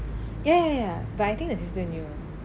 ya ya ya but I think that the sister knew